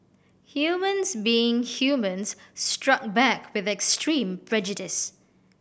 humans being humans struck back with extreme prejudice